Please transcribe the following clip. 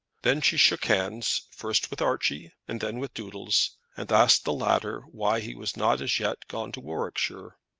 then she shook hands, first with archie, and then with doodles and asked the latter why he was not as yet gone to warwickshire.